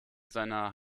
seiner